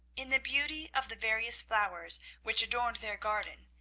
in the beauty of the various flowers which adorned their garden,